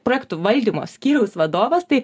projektų valdymo skyriaus vadovas tai